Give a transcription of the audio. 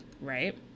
right